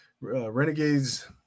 renegades